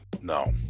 No